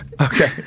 Okay